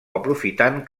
aprofitant